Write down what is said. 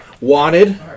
Wanted